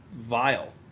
vile